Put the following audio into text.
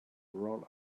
roll